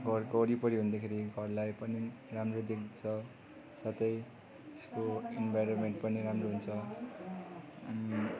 फुल घरको वरिपरि हुँदाखेरि घरलाई पनि राम्रै देख्छ साथै यसको इन्भारोनमेन्ट पनि राम्रो हुन्छ अनि